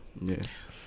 yes